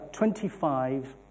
25